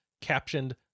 captioned